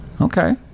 okay